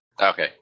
okay